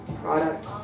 product